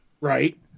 Right